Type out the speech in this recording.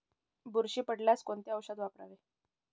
बुरशी पडल्यास कोणते औषध वापरावे?